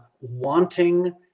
wanting